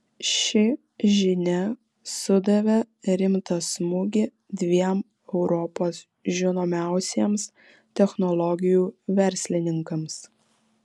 ši žinia sudavė rimtą smūgį dviem europos žinomiausiems technologijų verslininkams